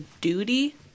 duty